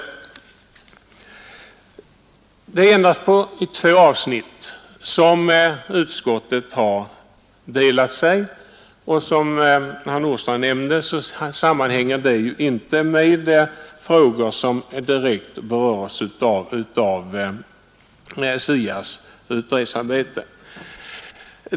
Utskottet har endast delat sig beträffande två avsnitt. Som herr Nordstrandh nämnde sammanhänger det inte med frågor som direkt berörs av SIA s utredningsarbete.